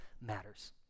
matters